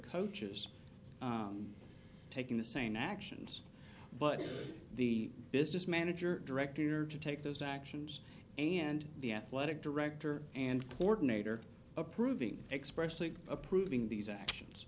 coaches taking the same actions but the business manager director to take those actions and the athletic director and ordinator approving expressly approving these actions